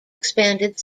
expanded